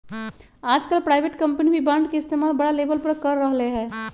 आजकल private company भी bond के इस्तेमाल बड़ा लेवल पर कर रहले है